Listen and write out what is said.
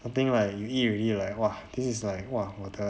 I think like you eat already like !wah! this is like !wah! 我的这个 cheat meal 还是什么鬼